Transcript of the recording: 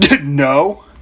No